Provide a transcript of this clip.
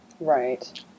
Right